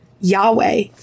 Yahweh